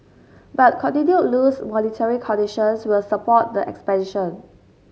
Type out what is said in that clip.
but continued loose monetary conditions will support the expansion